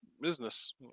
Business